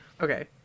Okay